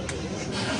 בסרטון.